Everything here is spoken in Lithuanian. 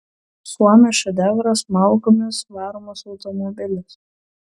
suomio šedevras malkomis varomas automobilis